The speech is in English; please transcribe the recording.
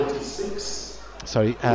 Sorry